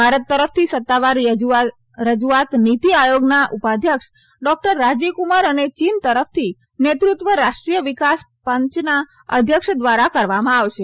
ભારત તરફથી સત્તાવાર રજુઆત નીતી આયોગના ઉપાધ્યક્ષ ડોકટર રાજીવકુમાર અને યીન તરફથી નેતૃત્વ રાષ્ટ્રીય વિકાસ પંચના અધ્યક્ષ દ્વારા કરવામાં આવશે